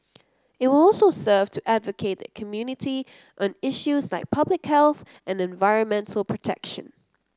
it will also serve to advocate the community on issues like public health and environmental protection